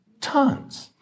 tons